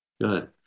Good